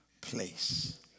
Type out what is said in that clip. place